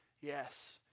yes